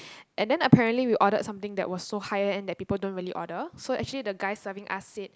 and then apparently we ordered something that was so high end that people don't really order so actually the guy serving us said